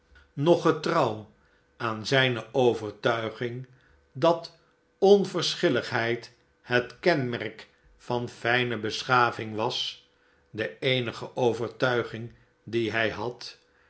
nog getrouw aan zijne overtuiging dat onverschilligheid het kenmerk van ftjne beschaving was de eenige overtuiging die hij had